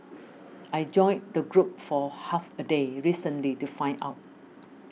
I joined the group for half a day recently to find out